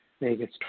Vegas